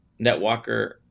NetWalker